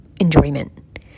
Enjoyment